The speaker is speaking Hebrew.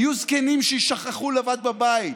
יהיו זקנים שיישכחו לבד בבית,